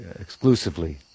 exclusively